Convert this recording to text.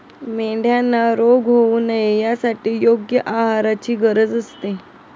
मेंढ्यांना रोग होऊ नये यासाठी योग्य आहाराची गरज असते